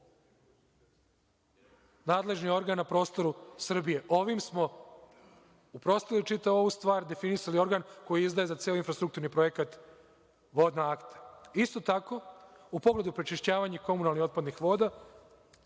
nadležni organ na prostoru Srbije. Ovim smo uprostili čitavu ovu stvar, definisali organ koji izdaje za ceo infrastrukturni projekat vodna akta. Isto tako, u pogledu prečišćavanja komunalnih otpadnih voda